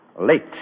late